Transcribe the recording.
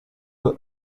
eux